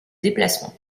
déplacement